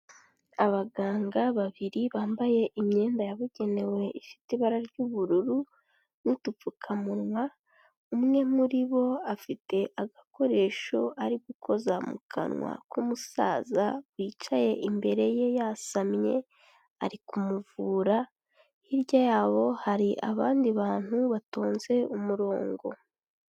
Abaganga babiri bambaye imyenda yabugenewe ifite ibara ry'ubururu n'udupfukamunwa, umwe muri bo afite agakoresho ari gukoza mu kanwa k'umusaza wicaye imbere ye yasamye ari kumuvura, hirya yabo hari abandi bantu batonze umurongo.